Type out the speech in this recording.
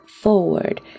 forward